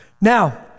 Now